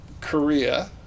Korea